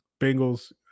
Bengals